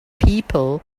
people